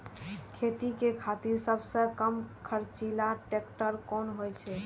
खेती के खातिर सबसे कम खर्चीला ट्रेक्टर कोन होई छै?